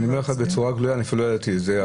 אומר לך בצורה גלויה שאני אפילו לא ידעתי את זה.